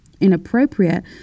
inappropriate